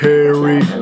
Harry